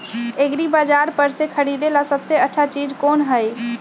एग्रिबाजार पर से खरीदे ला सबसे अच्छा चीज कोन हई?